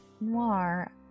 Noir